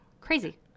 Crazy